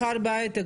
בהייטק,